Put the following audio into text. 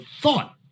thought